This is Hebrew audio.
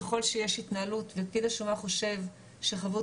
ככל שיש התנהלות ופקיד השומה חושב שחבות